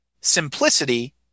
simplicity